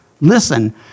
listen